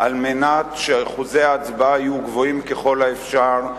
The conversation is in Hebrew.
על מנת שאחוזי הצבעה יהיו גבוהים ככל האפשר,